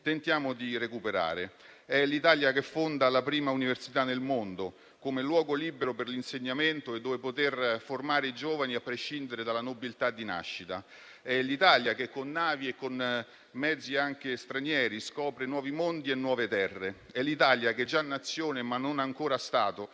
tentiamo di recuperare. È l'Italia che fonda la prima università nel mondo come luogo libero per l'insegnamento e dove poter formare i giovani a prescindere dalla nobiltà di nascita. È l'Italia che con navi e con mezzi anche stranieri scopre nuovi mondi e nuove terre. È l'Italia che, già Nazione ma non ancora Stato,